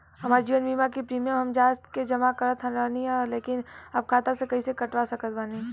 हमार जीवन बीमा के प्रीमीयम हम जा के जमा करत रहनी ह लेकिन अब खाता से कइसे कटवा सकत बानी?